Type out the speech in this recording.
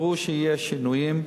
ברור שיהיו שינויים,